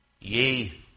ye